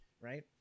Right